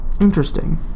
Interesting